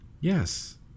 Yes